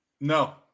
No